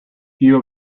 few